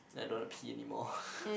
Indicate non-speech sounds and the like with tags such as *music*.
then I don't want to pee anymore *breath*